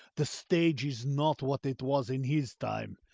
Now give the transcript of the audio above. the stage is not what it was in his time.